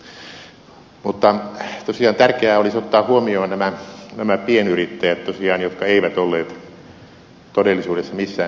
mutta tosiaan tärkeää olisi ottaa huomioon nämä pienyrittäjät jotka eivät olleet todellisuudessa missään neuvottelupöydissä